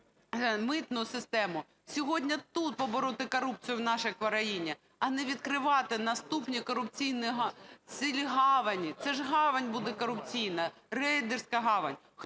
митну систему. Сьогодні тут побороти корупцію в нашій країні, а не відкривати наступні корупційні цілі гавані. Це ж гавань буде корупційна, рейдерська гавань.